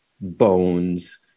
bones